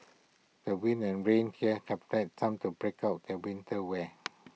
the winds and rain here have led some to break out their winter wear